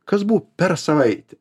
kas buvo per savaitę